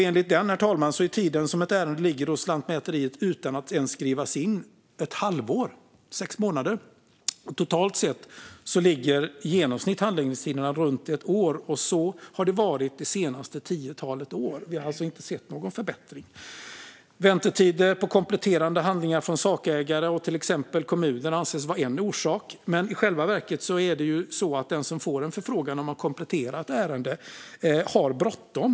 Enligt granskningen är den tid som ett ärende ligger hos Lantmäteriet utan att ens skrivas in ett halvår - sex månader! - och totalt sett ligger genomsnittshandläggningstiderna runt ett år. Så har det varit det senaste tiotalet år. Vi har alltså inte sett någon förbättring. Väntetider för att få in kompletterande handlingar från sakägare och till exempel kommunen anses vara en orsak, men i själva verket är det så att den som får en förfrågan om att komplettera ett ärende har bråttom.